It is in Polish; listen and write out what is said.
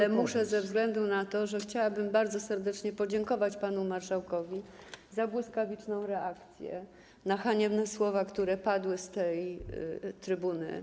Ale muszę ze względu na to, że chciałabym bardzo serdecznie podziękować panu marszałkowi za błyskawiczną reakcję na haniebne słowa, które padły z trybuny.